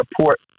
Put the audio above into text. support